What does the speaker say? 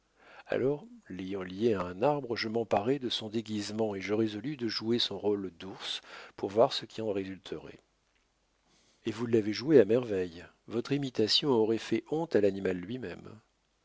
alors l'ayant lié à un arbre je m'emparai de son déguisement et je résolus de jouer son rôle d'ours pour voir ce qui en résulterait et vous l'avez joué à merveille votre imitation aurait fait honte à l'animal lui-même